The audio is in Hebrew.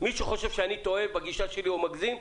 מי שחושב שאני טועה בגישה שלי או מגזים,